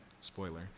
spoiler